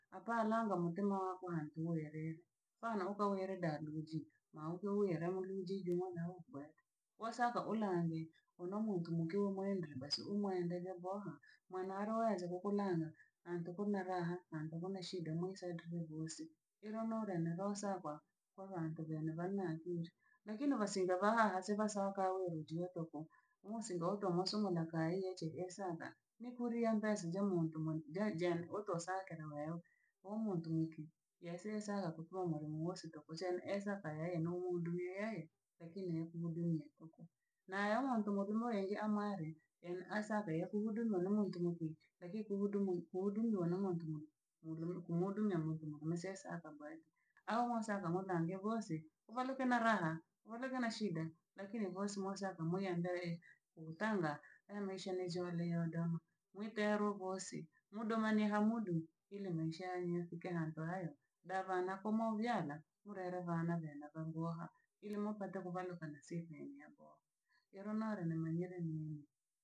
Apa langa mutima wa bwa nturerere, fa na okaorere darueji maudhui yaramruji jua na ukubati wasaka urambe una muntu mukuwa mwendri basi umwendeve boha, mwana aloweza kokolanga antokomeraha ando kona shida mwisaidre bhose ironorene bhosaga kobhantu bene na akiri. Lakini vasinga va haha se vasokawerejiwe koko musingo oto masomo na kaye eche esata nikuryambe sinzya mnyo mtu ja- vjari otosakera moyowe omuntu munki yasesaga kotuma morimu osito kochene esaka eye nemuudumie yeye lakini ekumudu yekoko. Nayomontumokumoleri amare eni asake ye kumudu manoma ntunukintu. Laki kubhudumu kumudumu wanomo ntu kumuhudu kumuhudumia mtu kumsesa akabadi. Ahoosaka mwagange bhose ovaruke na raha, ovaruke na shida lakini gosumo saka mwiyenda yiee, uutanga aya maisha ne joale ondamaka mwitero bhosi mudomani hamudu ili maisha yanywe yafike ambayo da vana komo vyana kurere vana vena vaboha ili mupate kuvaruka na sinhe nhe boha iro nore ne manyiri nii.